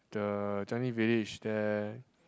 the Changi Village there